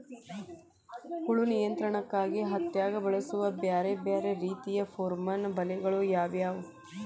ಹುಳು ನಿಯಂತ್ರಣಕ್ಕಾಗಿ ಹತ್ತ್ಯಾಗ್ ಬಳಸುವ ಬ್ಯಾರೆ ಬ್ಯಾರೆ ರೇತಿಯ ಪೋರ್ಮನ್ ಬಲೆಗಳು ಯಾವ್ಯಾವ್?